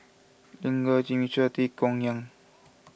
Lin Gao Jimmy Chua Tay Yong Kwang